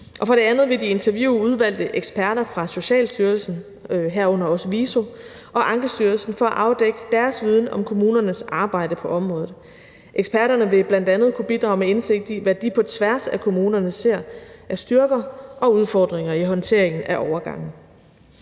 Og for det andet vil de interviewe udvalgte eksperter fra Socialstyrelsen, herunder også VISO, og Ankestyrelsen for at afdække deres viden om kommunernes arbejde på området. Eksperterne vil bl.a. kunne bidrage med indsigt i, hvad de på tværs af kommunerne ser af styrker og udfordringer i håndteringen af overgangen.